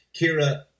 Kira